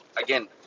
again